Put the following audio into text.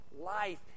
life